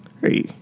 Hey